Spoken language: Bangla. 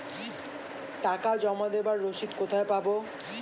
টাকা জমা দেবার রসিদ কোথায় পাব?